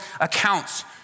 accounts